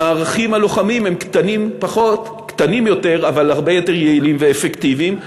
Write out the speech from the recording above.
המערכים הלוחמים הם קטנים יותר אבל הרבה יותר יעילים ואפקטיביים,